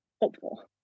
hopeful